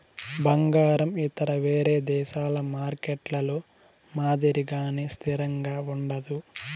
బంగారం ఇతర వేరే దేశాల మార్కెట్లలో మాదిరిగానే స్థిరంగా ఉండదు